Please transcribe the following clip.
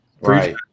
right